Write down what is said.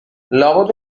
لابد